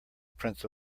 prince